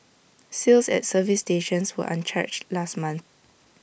sales at service stations were unchanged last month